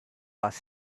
was